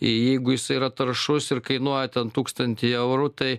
jeigu jisai yra taršus ir kainuoja ten tūkstantį eurų tai